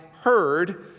heard